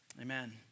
amen